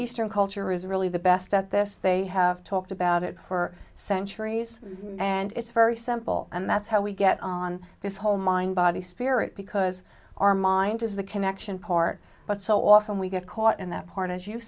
eastern culture is really the best at this they have talked about it for centuries and it's very simple and that's how we get on this whole mind body spirit because our mind is the connection part but so often we get caught in that part as you